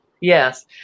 Yes